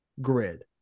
grid